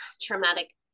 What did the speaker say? traumatic